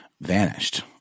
vanished